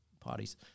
parties